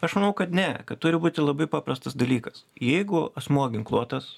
aš manau kad ne kad turi būti labai paprastas dalykas jeigu asmuo ginkluotas